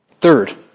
Third